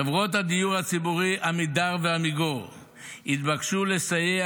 חברות הדיור הציבורי עמידר ועמיגור התבקשו לסייע